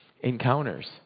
encounters